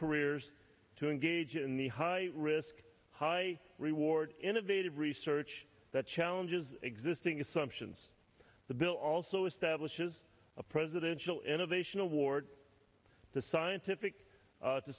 careers to engage in the high risk high reward innovative research that challenges existing assumptions the bill also establishes a presidential innovation award the scientific